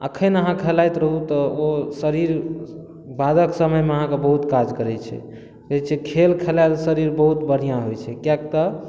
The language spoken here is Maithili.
अखन अहाँ खेलैत रहू तऽ ओ शरीर बादक समय मे अहाँके बहुत काज करै छै कहै छै खेल खेलाय सॅं शरीर बहुत बढ़िऑं होइ छै कियाक तऽ